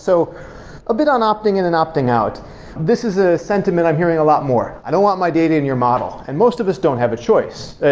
so a bit on opting in and opting out this is a sentiment i'm hearing a lot more. i don't want my data in your model, and most of us don't have a choice. all